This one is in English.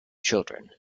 children